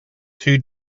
two